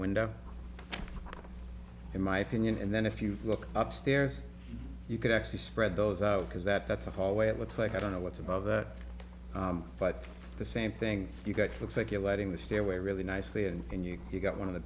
window in my opinion and then if you look up stairs you could actually spread those out because that that's a hallway it looks like i don't know what's above that but the same thing you get looks like you're letting the stairway really nicely and you've got one of the